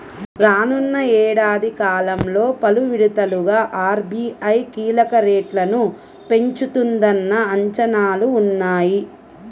రానున్న ఏడాది కాలంలో పలు విడతలుగా ఆర్.బీ.ఐ కీలక రేట్లను పెంచుతుందన్న అంచనాలు ఉన్నాయి